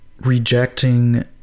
rejecting